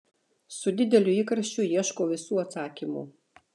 su dideliu įkarščiu ieškau visų atsakymų